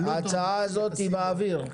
הלוטו --- ההצעה הזאת באוויר.